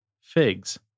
Figs